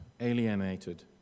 alienated